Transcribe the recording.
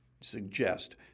suggest